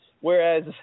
Whereas